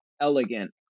Elegant